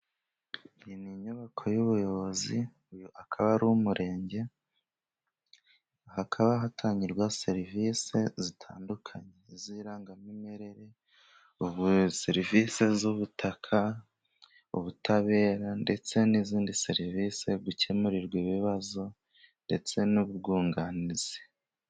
Ni inyubako y’ubuyobozi, uyu akaba ari umurenge, hakaba hatangirwa serivisi zitandukanye z’irangamimerere, serivisi z’ubutaka, ubutabera, ndetse n’izindi serivisi, gukemurirwa ibibazo ndetse n’ubwunganizi.